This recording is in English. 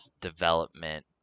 development